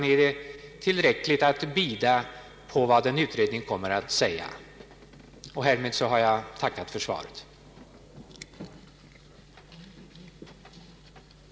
Är det tillräcligt att bida tiden i väntan på vad en utredning har att säga? Härmed har jag tackat för svaret på min interpellation.